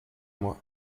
moi